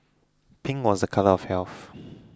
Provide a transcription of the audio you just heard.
pink was a colour of health